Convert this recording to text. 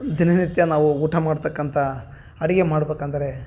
ದಿನನಿತ್ಯ ನಾವು ಊಟ ಮಾಡ್ತಕ್ಕಂಥ ಅಡಿಗೆ ಮಾಡ್ಬೇಕಂದ್ರೆ